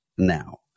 now